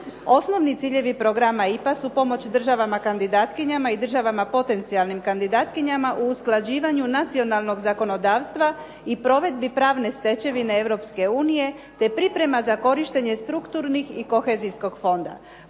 Osnovni ciljevi programa IPA su pomoć državama kandidatkinjama i državama potencijalnim kandidatkinjama u usklađivanju nacionalnog zakonodavstva i provedbi pravne stečevine Europske unije te priprema za korištenje strukturnih i kohezijskog fonda.